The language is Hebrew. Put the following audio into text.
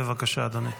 בבקשה, אדוני.